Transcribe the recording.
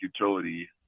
utility